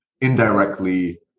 indirectly